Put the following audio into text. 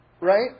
right